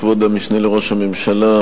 כבוד המשנה לראש הממשלה,